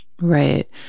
Right